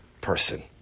person